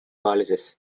colleges